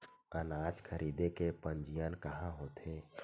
अनाज खरीदे के पंजीयन कहां होथे?